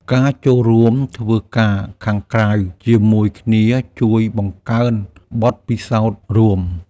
ការចូលរួមធ្វើការខាងក្រៅជាមួយគ្នាជួយបង្កើនបទពិសោធន៍រួម។